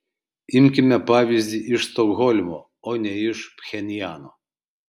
imkime pavyzdį iš stokholmo o ne iš pchenjano